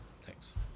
Thanks